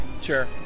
sure